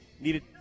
needed